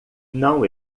não